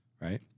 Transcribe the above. Right